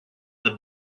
the